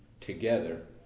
together